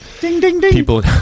People